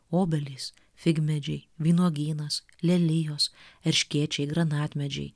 obelys figmedžiai vynuogynas lelijos erškėčiai granatmedžiai